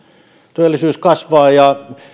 työllisyys kasvaa ja